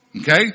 okay